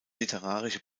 literarische